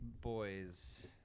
Boys